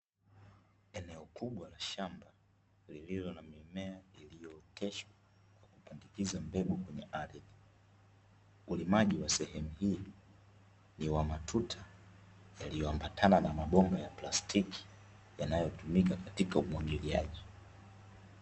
Eneo kubwa la shamba lililo namimea limeoteshwa kwa kupandikiza mbegu kwenye ardhi ulimaji wa sehemu hii ni wa matuta yaliyoambatana na mabomba ya plastiki yanayotumika katika umwagiliani.